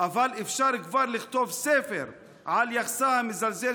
אבל אפשר כבר לכתוב ספר על יחסה המזלזל